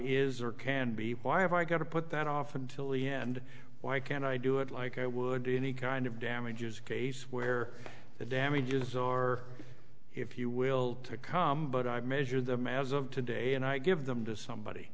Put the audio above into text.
is or can be why have i got to put that off until the end why can't i do it like i would any kind of damages case where the damages or if you will to come but i measure them as of today and i give them to somebody